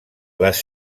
les